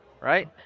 Right